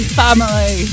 family